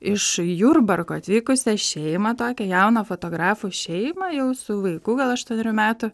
iš jurbarko atvykusią šeimą tokią jauną fotografų šeimą jau su vaiku gal aštuonerių metų